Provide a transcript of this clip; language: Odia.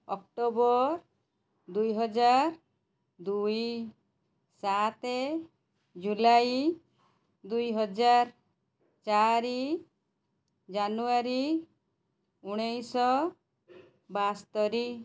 ଅକ୍ଟୋବର ଦୁଇହଜାର ଦୁଇ ସାତ ଜୁଲାଇ ଦୁଇହଜାର ଚାରି ଜାନୁୟାରୀ ଉଣେଇଶହ ବାସ୍ତୋରି